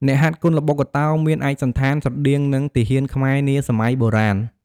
អ្នកហាត់គុនល្បុក្កតោមានឯកសណ្ឋានស្រដៀងនឹងទាហានខ្មែរនាសម័យបុរាណ។